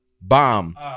bomb